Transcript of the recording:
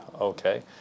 Okay